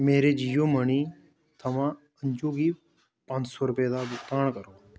मेरे जियो मनी थमां अंजू गी पंज सौ रपेऽ दा भुगतान करो